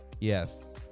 Yes